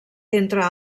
entre